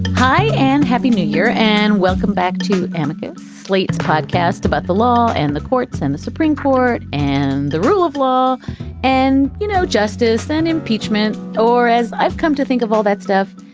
and happy new year. and welcome back to amicus, slate's podcast about the law and the courts and the supreme court and the rule of law and, you know, justice and impeachment or as i've come to think of all that stuff.